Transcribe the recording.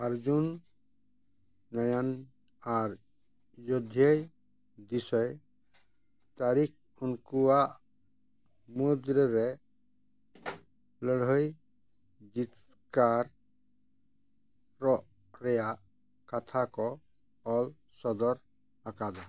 ᱚᱨᱡᱩᱱ ᱜᱟᱭᱟᱱ ᱟᱨ ᱵᱤᱥᱚᱭ ᱛᱟᱹᱨᱤᱠᱷ ᱩᱱᱠᱩᱣᱟᱜ ᱢᱩᱫᱽᱨᱮ ᱞᱟᱹᱲᱦᱟᱹᱭ ᱡᱤᱛᱠᱟᱹᱨᱚᱜ ᱨᱮᱭᱟᱜ ᱠᱟᱛᱷᱟ ᱠᱚ ᱚᱞ ᱥᱚᱫᱚᱨ ᱟᱠᱟᱫᱟ